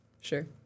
Sure